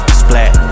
splat